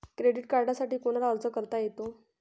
Credit कार्डसाठी कोणाला अर्ज करता येतो?